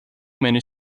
many